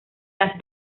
las